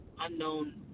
unknown